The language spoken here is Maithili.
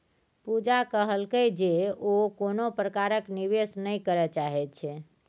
पूजा कहलकै जे ओ कोनो प्रकारक निवेश नहि करय चाहैत छै